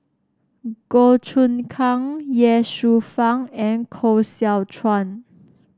Goh Choon Kang Ye Shufang and Koh Seow Chuan